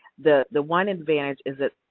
the the one advantage is that